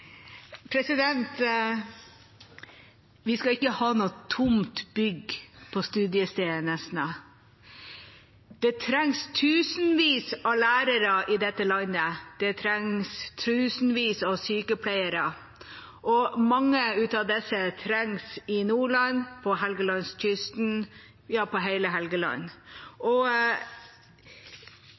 Vi skal ikke ha noe tomt bygg på studiestedet Nesna. Det trengs tusenvis av lærere i dette landet, og det trengs tusenvis av sykepleiere. Mange av disse trengs i Nordland, på Helgelandskysten, ja, på hele Helgeland.